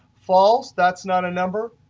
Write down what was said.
false, that's not a number.